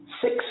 Six